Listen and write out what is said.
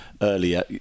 earlier